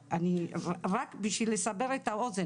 רק בשביל לסבר את האוזן,